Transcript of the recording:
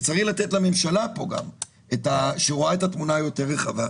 שצריך לתת פה סמכויות גם לממשלה שרואה את התמונה הרחבה יותר.